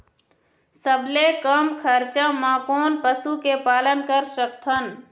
सबले कम खरचा मा कोन पशु के पालन कर सकथन?